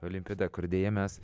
olimpiada kur deja mes